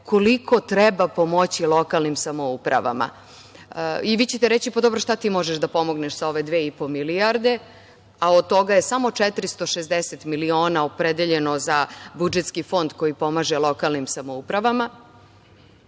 koliko treba pomoći lokalnim samoupravama. Vi ćete reći – pa, dobro, šta ti možeš da pomogneš sa ove dve i po milijarde, a od toga je samo 460 miliona opredeljeno za budžetski fond koji pomaže lokalnim samoupravama?